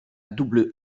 double